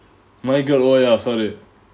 my girl oh ya sorry